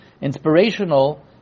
inspirational